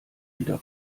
wieder